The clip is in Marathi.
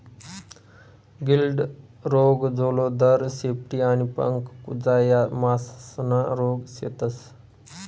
गिल्ड रोग, जलोदर, शेपटी आणि पंख कुजा या मासासना रोग शेतस